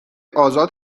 آزاد